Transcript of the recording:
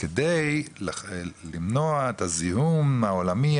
כדי למנוע את הזיהום העולמי,